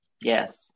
yes